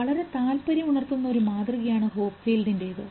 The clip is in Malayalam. വളരെ താൽപര്യമുണർത്തുന്ന ഒരു മാതൃകയാണ് ഹോപ്ഫീൽഡിൻറെത്